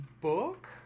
book